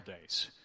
days